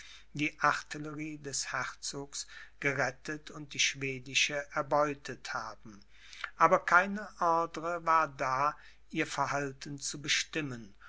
die artillerie des herzogs gerettet und die schwedische erbeutet haben aber keine ordre war da ihr verhalten zu bestimmen